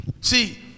See